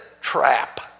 trap